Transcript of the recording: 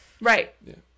Right